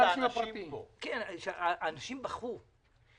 אנשים בכו.